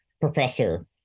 professor